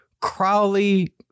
Crowley